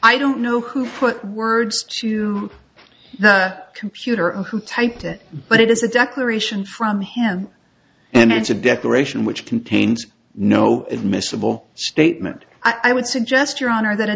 i don't know who put words to the computer or who typed it but it is a declaration from him and it's a declaration which contains no admissible statement i would suggest your honor that a